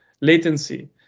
latency